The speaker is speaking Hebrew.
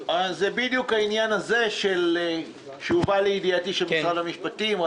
העניין הזה של משרד משפטים הובא לידיעתי.